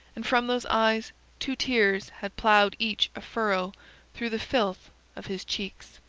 and from those eyes two tears had ploughed each a furrow through the filth of his cheeks.